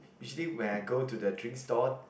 usually when I go to the drink stall